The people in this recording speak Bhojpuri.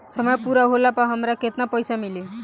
समय पूरा होला पर हमरा केतना पइसा मिली?